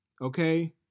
Okay